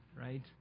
right